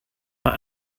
mae